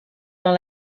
dans